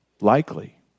Likely